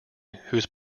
whose